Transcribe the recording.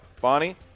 Bonnie